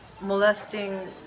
molesting